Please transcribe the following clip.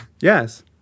yes